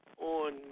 on